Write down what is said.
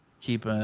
Keep